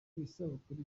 isabukuru